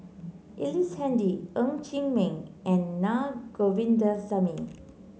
Ellice Handy Ng Chee Meng and Na Govindasamy